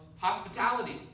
hospitality